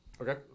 Okay